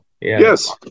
Yes